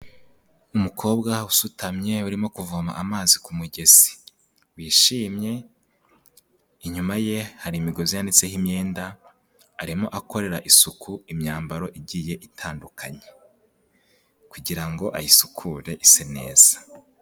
Umukobwa usutamye, urimo kuvoma amazi ku mugezi, wishimye inyuma ye hari imigozi yanditseho imyenda, arimo akorera isuku imyambaro igiye itandukanye, kugira ngo ayisukure ise neza.